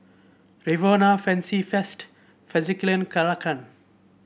Rexona Fancy Feast Fjallraven Kanken